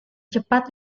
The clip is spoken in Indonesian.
cepat